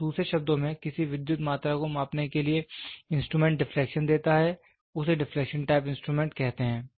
दूसरे शब्दों में किसी विद्युत मात्रा को मापने के लिए इंस्ट्रूमेंट डिफ्लेक्शन देता है उसे डिफलेक्शन टाइप इंस्ट्रूमेंट कहते हैं